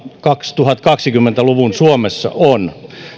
kaksituhattakaksikymmentä luvun suomessa on